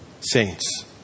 Saints